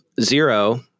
Zero